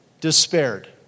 Despaired